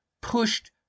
pushed